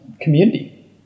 community